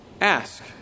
ask